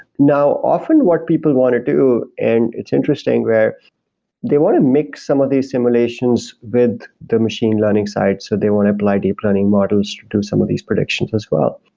now, often what people want to do, and it's interesting where they want to mix some of these simulations with the machine learning side so they won't apply deep learning models to some of these predictions as well.